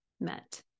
met